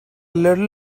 little